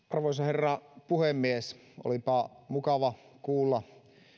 arvoisa herra puhemies olipa mukava kuulla